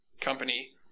company